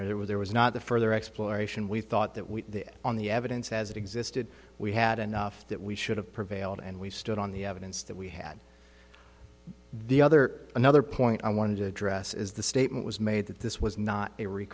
out there was there was not the further exploration we thought that we on the evidence as it existed we had enough that we should have prevailed and we stood on the evidence that we had the other another point i wanted to address is the statement was made that this was not